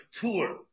tour